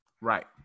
Right